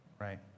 right